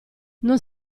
non